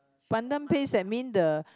pandan paste that mean the